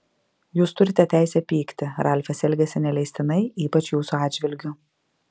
jūs turite teisę pykti ralfas elgėsi neleistinai ypač jūsų atžvilgiu